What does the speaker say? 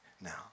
now